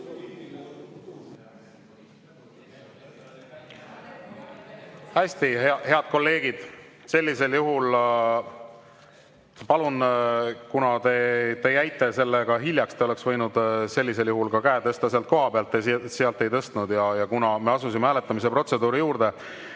Hästi, head kolleegid! Sellisel juhul, palun ... Kuna te jäite sellega hiljaks, te oleks võinud sellisel juhul ka käe tõsta sealt kohapealt. Te sealt ei tõstnud. Aga kuna me asusime hääletamise protseduuri juurde,